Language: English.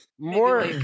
More